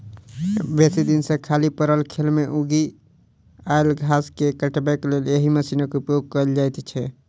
बेसी दिन सॅ खाली पड़ल खेत मे उगि आयल घास के काटबाक लेल एहि मशीनक उपयोग कयल जाइत छै